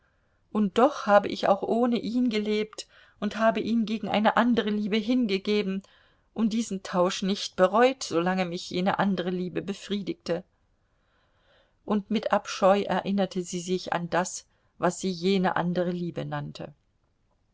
und doch habe ich auch ohne ihn gelebt und habe ihn gegen eine andere liebe hingegeben und diesen tausch nicht bereut solange mich jene andere liebe befriedigte und mit abscheu erinnerte sie sich an das was sie jene andere liebe nannte